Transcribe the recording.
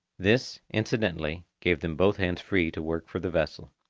this, incidently, gave them both hands free to work for the vessel.